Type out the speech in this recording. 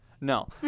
No